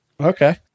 okay